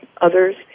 others